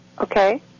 Okay